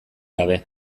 gabe